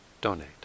donate